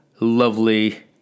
lovely